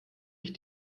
ich